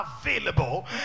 available